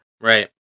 Right